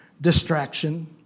Distraction